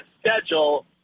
schedule